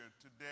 today